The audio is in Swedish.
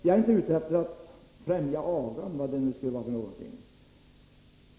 Jagärinte ute efter att främja aga — vad det nu skulle innebära.